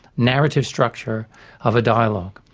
narrative structure of a dialogue.